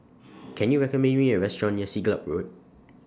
Can YOU recommend Me A Restaurant near Siglap Road